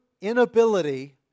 inability